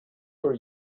for